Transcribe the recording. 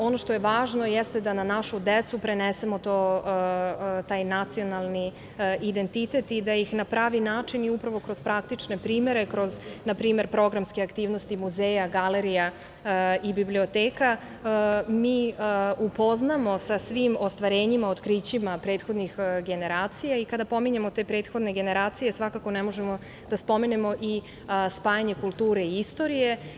Ono što je važno jeste da na našu decu prenesemo taj nacionalni identitet i da ih na pravi način i upravo kroz praktične primere, kroz npr. programske aktivnosti muzeja, galerija i biblioteka upoznamo sa svim ostvarenjima, otkrićima od prethodnih generacija i kada pominjemo te prethodne generacije svakako ne možemo da spomenemo i spajanje kulture i istorije.